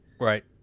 right